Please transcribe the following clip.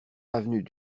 avenue